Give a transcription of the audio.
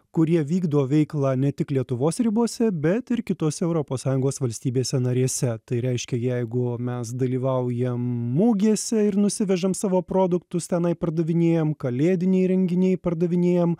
kurie vykdo veiklą ne tik lietuvos ribose bet ir kitose europos sąjungos valstybėse narėse tai reiškia jeigu mes dalyvaujam mugėse ir nusivežam savo produktus tenai pardavinėjam kalėdiniai renginiai pardavinėjam